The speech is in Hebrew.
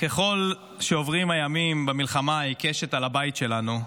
ככל שעוברים הימים במלחמה העיקשת על הבית שלנו,